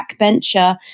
backbencher